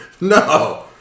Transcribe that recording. No